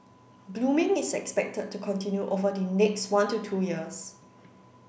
blooming is expected to continue over the next one to two years